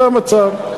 זה המצב.